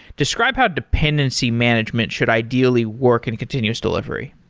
describe how dependency management should ideally work in continuous delivery?